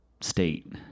state